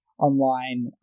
online